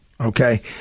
okay